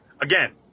again